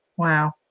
wow